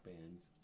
bands